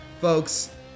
Folks